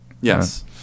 Yes